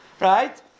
right